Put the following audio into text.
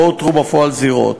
לא אותרו בפועל זירות.